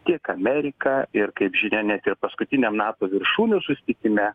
tiek amerika ir kaip žinia net ir paskutiniam nato viršūnių susitikime